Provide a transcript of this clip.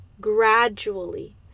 gradually